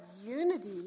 unity